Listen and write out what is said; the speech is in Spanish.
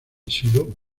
sido